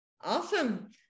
awesome